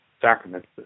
sacraments